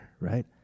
right